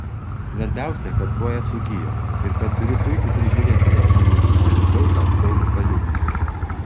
svarbiausia kad koja sugijo ir kad turiu puikų prižiūrėtoją kineziterapeutą saulių paliūnį